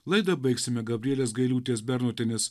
laidą baigsime gabrielės gailiūtės bernotienės